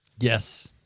Yes